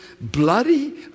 Bloody